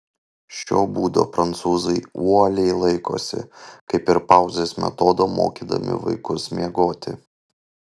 šio būdo prancūzai uoliai laikosi kaip ir pauzės metodo mokydami vaikus miegoti